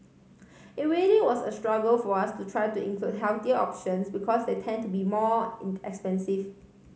it really was a struggle for us to try to include healthier options because they tend to be more expensive